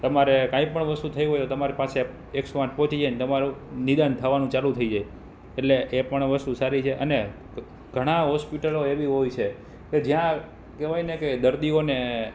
તમારે કંઈપણ વસ્તુ થઈ હોય તમારે પાસે એક સો આઠ પહોંચી જાય અને તમારું નિદાન થવાનું ચાલુ થઈ જાય એટલે એ પણ વસ્તુ સારી છે અને ઘણા હોસ્પિટલો એવી હોય છે કે જ્યાં કહેવાયને કે દર્દીઓને